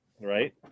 right